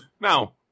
Now